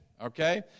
okay